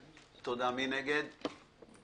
מי נגד?